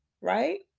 right